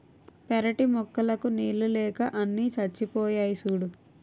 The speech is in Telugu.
పెరటి మొక్కలకు నీళ్ళు లేక అన్నీ చచ్చిపోయాయి సూడూ